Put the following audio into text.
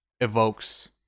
evokes